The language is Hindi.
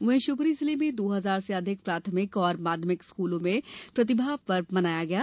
वहीं शिवपुरी जिले में दो हजार से अधिक प्राथमिक और माध्यमिक स्कूलों में प्रतिभा पर्व का आयोजन किया जा रहा है